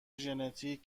ژنتیک